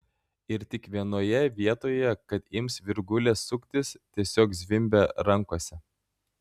ir tik vienoje vietoje kad ims virgulės suktis tiesiog zvimbia rankose